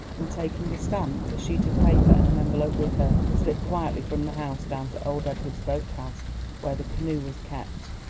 and taking a stamp, a sheet of paper, and an envelope with her, slipped quietly from the house down to old edward's boat-house where the canoe was kept.